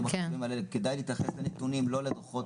החשובים האלה כדאי להתייחס לנתונים ולא לדוחות